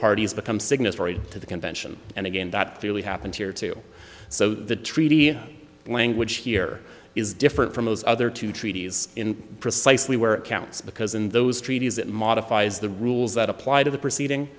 parties become signatory to the convention and again that clearly happened here too so the treaty language here is different from those other two treaties in precisely where it counts because in those treaties it modifies the rules that apply to the proceeding